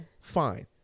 Fine